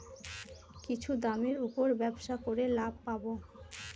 কিছুর দামের উপর ব্যবসা করে লাভ পাবো